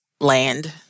land